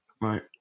right